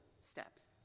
steps